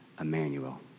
Emmanuel